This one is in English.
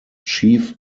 chief